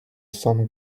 semble